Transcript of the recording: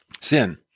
Sin